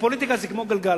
שפוליטיקה זה כמו גלגל,